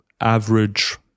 average